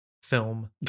Film